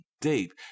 deep